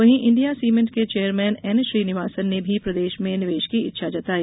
वहीं India cement को chairman N Srinivasan ने भी प्रदेश में निवेश की इच्छा जताई